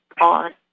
on